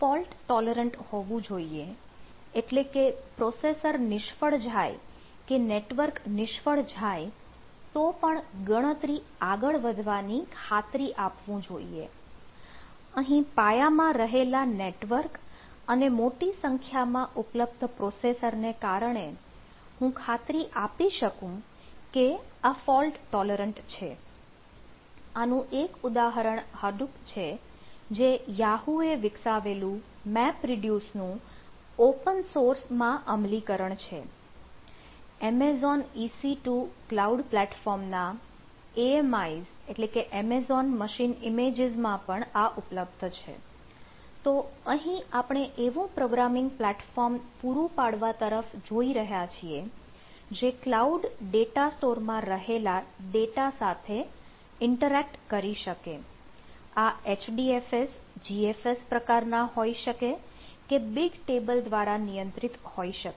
આ fault tolerant કરી શકે આ HDFS GFS પ્રકારના હોઈ શકે કે BigTable દ્વારા નિયંત્રિત હોઈ શકે